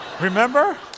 Remember